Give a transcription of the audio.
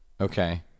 okay